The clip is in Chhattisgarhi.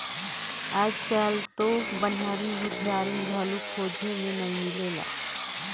आयज कायल तो बनिहार, भूथियार घलो खोज मे नइ मिलें